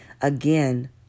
Again